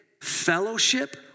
fellowship